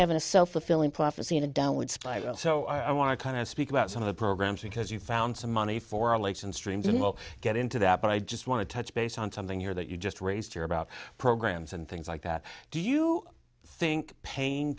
having a self fulfilling prophecy in a downward spiral so i want to kind of speak about some of the programs because you found some money for lakes and streams and we'll get into that but i just want to touch base on something here that you just raised here about programs and things like that do you think paying